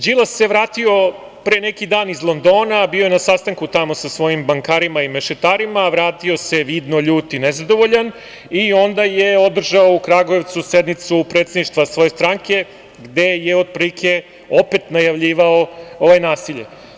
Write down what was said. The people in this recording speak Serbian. Đilas se vratio pre neki dan iz Londona, bio je na sastanku tamo sa svojim bankarima i mešetarima, vratio se vidno ljut i nezadovoljan i onda je održao u Kragujevcu sednicu predsedništva svoje stranke, gde je otprilike opet najavljivao nasilje.